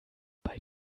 bei